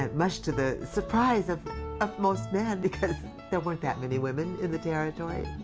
ah much to the surprise of of most men, because there weren't that many women in the territory.